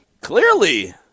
Clearly